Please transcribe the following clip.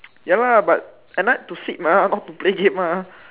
ya lah but at night to sleep mah not to play game mah